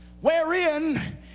Wherein